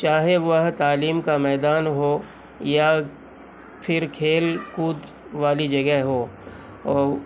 چاہے وہ تعلیم کا میدان ہو یا پھر کھیل کود والی جگہ ہو اور